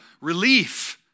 relief